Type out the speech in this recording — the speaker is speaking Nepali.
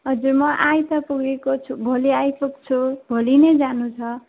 हजुर म आई त पुगेको छु भोलि आइपुग्छु भोलि नै जानु छ